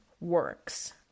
works